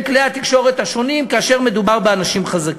כלי התקשורת השונים כאשר מדובר באנשים חזקים.